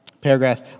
paragraph